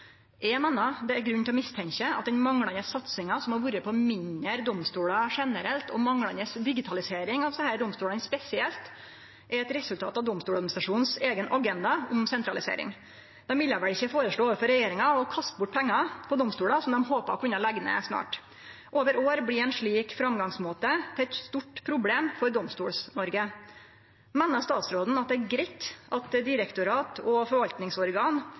Eg meiner at det er grunn til å mistenkje at den manglande satsinga som har vore på mindre domstolar generelt og manglande digitalisering av desse domstolane spesielt, er eit resultat av Domstoladministrasjonens eigen agenda om sentralisering. Dei ville vel ikkje føreslå for regjeringa å kaste bort pengar på domstolar som dei håpte å kunne leggje ned snart. Over år blir ein slik framgangsmåte til eit stort problem for Domstols-Noreg. Meiner statsråden at det er greitt at direktorat og forvaltningsorgan